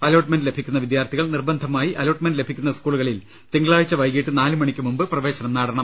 allotment ലഭിക്കുന്ന വിദ്യാർത്ഥികൾ നിർബന്ധമായി അലോട്ട്മെന്റ് ലഭിക്കുന്ന സ്കൂളിൽ തിങ്കളാഴ്ച വൈകിട്ട് നാലു മണിക്കുമുമ്പ് പ്രവേശനം നേടണം